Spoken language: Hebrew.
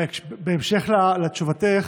בהמשך לתשובתך,